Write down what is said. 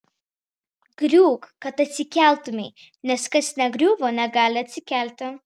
griūk kad atsikeltumei nes kas negriuvo negali atsikelti